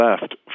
left